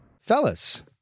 Fellas